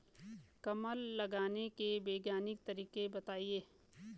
कमल लगाने के वैज्ञानिक तरीके बताएं?